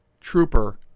trooper